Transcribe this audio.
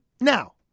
Now